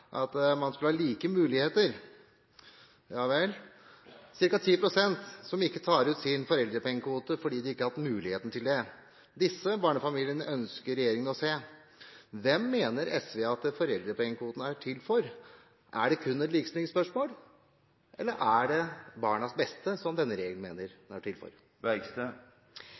at man skal ha like muligheter. Ja vel. Det er ca. 10 pst. som ikke tar ut sin foreldrepengekvote fordi de ikke har hatt muligheten til det, og disse barnefamiliene ønsker regjeringen å se. Hvem mener SV at foreldrepengekvoten er til for? Er det kun et likestillingsspørsmål, eller er det barnas beste som denne regjeringen mener den er til for?